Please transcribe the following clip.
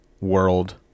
world